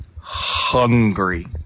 Hungry